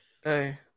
Hey